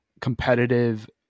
competitive